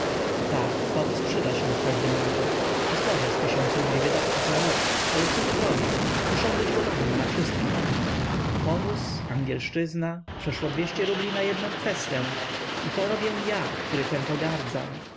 tak powóz przyda mi się w każdym razie przysporzy z tysiąc rubli wydatków na rok ale cóż zrobię muszę być gotowym na wszystkich punktach powóz angielszczyzna przeszło dwieście rubli na jednę kwestę i to robię ja który tem pogardzam